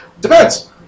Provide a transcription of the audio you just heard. Depends